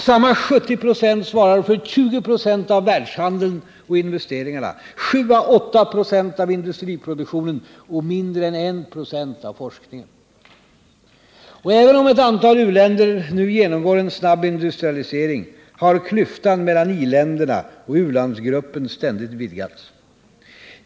Samma 70 96 svarar för 20 96 av världshandeln och investeringarna, 7 äå 8 96 av industriproduktionen och mindre än 1 96 av forskningen. Även om ett antal u-länder nu genomgår en snabb industrialisering, har klyftan mellan i-länderna och u-landsgruppen stadigt vidgats.